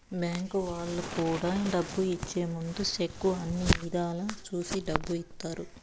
bank వాళ్ళు కూడా డబ్బు ఇచ్చే ముందు సెక్కు అన్ని ఇధాల చూసి డబ్బు ఇత్తారు